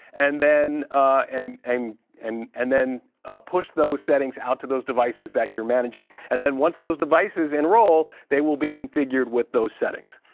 and and um and and then ah push those settings out to those devices that you're managing. and then once those devices enroll, they will be configured with those settings.